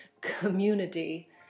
community